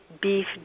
beef